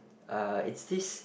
uh is this